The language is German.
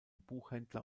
buchhändler